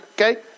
okay